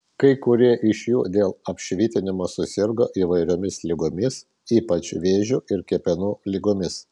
kai kurie iš jų dėl apšvitinimo susirgo įvairiomis ligomis ypač vėžiu ir kepenų ligomis